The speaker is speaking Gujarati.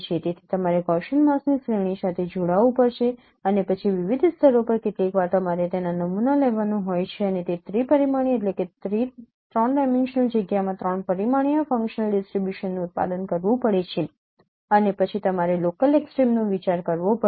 તેથી તમારે ગૌસિયન માસ્કની શ્રેણી સાથે જોડાવું પડશે અને પછી વિવિધ સ્તરો પર કેટલીકવાર તમારે તેના નમૂના લેવાનું હોય છે અને તે ત્રિ પરિમાણીય જગ્યામાં 3 પરિમાણીય ફંકશનલ ડિસટ્રિબ્યુશનનું ઉત્પાદન કરવું પડે છે અને પછી તમારે લોકલ એક્સટ્રિમ નો વિચાર કરવો પડશે